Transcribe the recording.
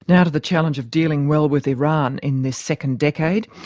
now to the challenge of dealing well with iran in this second decade.